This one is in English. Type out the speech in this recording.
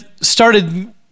started